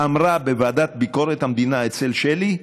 בוועדה לביקורת המדינה, אצל שלי,